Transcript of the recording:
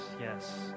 yes